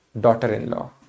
daughter-in-law